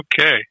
Okay